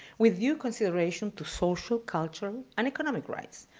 with due consideration to social, culture, and economic rights.